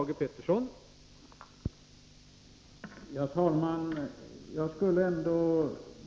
Herr talman!